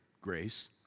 grace